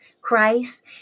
Christ